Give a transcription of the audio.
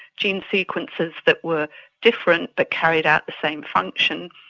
gene sequences that were different but carried out the same functions,